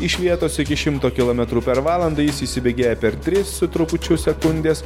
iš vietos iki šimto kilometrų per valandą jis įsibėgėja per tris su trupučiu sekundės